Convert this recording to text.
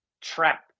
trap